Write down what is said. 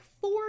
four